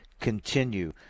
continue